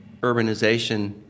urbanization